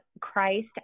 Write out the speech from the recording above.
Christ